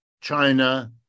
China